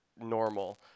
normal